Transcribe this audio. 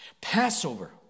Passover